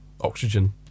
oxygen